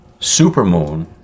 supermoon